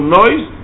noise